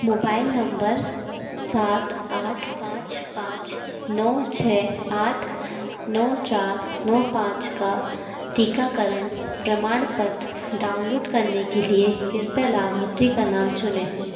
mobile number सात आठ पाँच पाँच नौ छः आठ नौ चार नौ पाँच का टीकाकरण प्रमाणपत्र डाउनलोड करने के लिए कृपया लाभार्थी का नाम चुनें